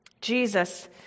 Jesus